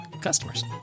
customers